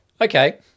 Okay